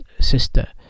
sister